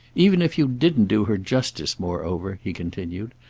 even if you didn't do her justice, moreover, he continued,